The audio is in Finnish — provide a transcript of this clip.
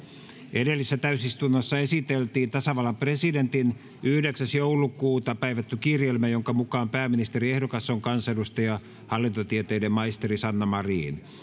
edellisessä täysistunnossa esiteltiin tasavallan presidentin yhdeksäs kahdettatoista kaksituhattayhdeksäntoista päivätty kirjelmä jonka mukaan pääministeriehdokas on kansanedustaja hallintotieteiden maisteri sanna marin